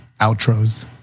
outros